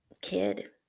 kid